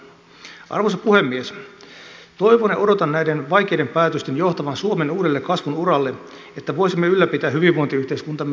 toivon ja odotan näiden vaikeiden päätösten johtavan suomen uudelle kasvun uralle että voisimme ylläpitää hyvinvointiyhteiskuntamme jatkossakin